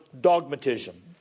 dogmatism